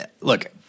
Look